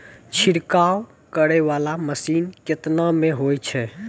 छिड़काव करै वाला मसीन केतना मे होय छै?